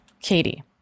Katie